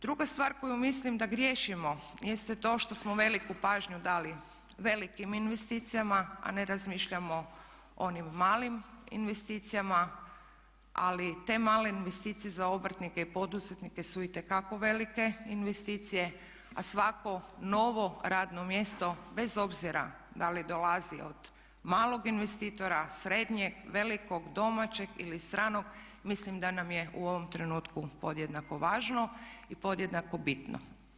Druga stvar koju mislim da griješimo jeste to što smo veliku pažnju dali velikim investicijama a ne razmišljamo o onim malim investicijama ali te male investicije za obrtnike i poduzetnike su itekako velike investicije a svako novo radno mjesto bez obzira da li dolazi od malog investitora, srednjeg, velikog, domaćeg ili stranog mislim da nam je u ovom trenutku podjednako važno i podjednako bitno.